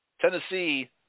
Tennessee